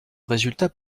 résultat